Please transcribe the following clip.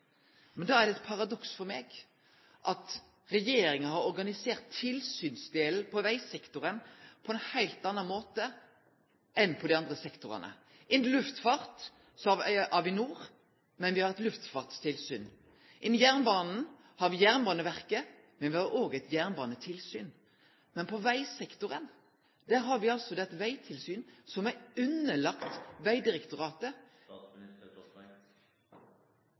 Men da er det eit paradoks for meg at regjeringa har organisert tilsynsdelen i vegsektoren på ein heilt annan måte enn i dei andre sektorane. Innan luftfart har me Avinor, men me har eit luftfartstilsyn. Innan jernbanen har me Jernbaneverket, men me har òg eit jernbanetilsyn. Men på vegsektoren har vi altså eit vegtilsyn som er underlagt Vegdirektoratet.